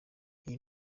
iyi